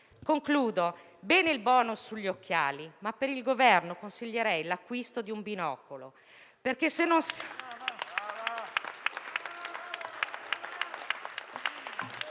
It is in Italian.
conclusione, va bene il *bonus* sugli occhiali, ma per il Governo consiglierei l'acquisto di un binocolo.